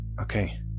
Okay